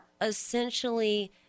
essentially